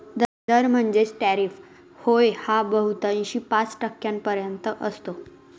दर म्हणजेच टॅरिफ होय हा बहुतांशी पाच टक्क्यांपर्यंत असतो